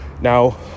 Now